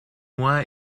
moi